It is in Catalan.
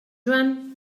joan